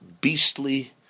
beastly